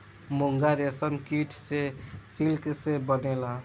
मूंगा रेशम कीट से सिल्क से बनेला